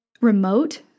remote